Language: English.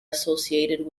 associated